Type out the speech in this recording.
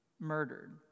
murdered